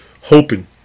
hoping